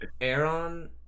Aaron